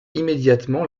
immédiatement